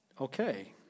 Okay